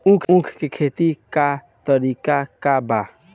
उख के खेती का तरीका का बा?